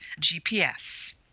GPS